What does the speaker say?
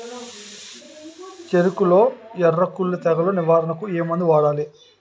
చెఱకులో ఎర్రకుళ్ళు తెగులు నివారణకు ఏ మందు వాడాలి?